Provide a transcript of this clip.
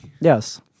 Yes